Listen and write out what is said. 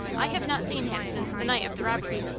i have not seen him since the night of the robbery.